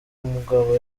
mugabo